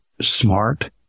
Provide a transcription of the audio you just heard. smart